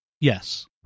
Yes